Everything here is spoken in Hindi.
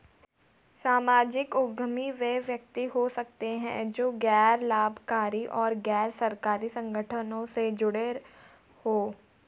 सामाजिक उद्यमी वे व्यक्ति हो सकते हैं जो गैर लाभकारी और गैर सरकारी संगठनों से जुड़े हों